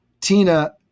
Tina